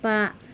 बा